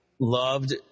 loved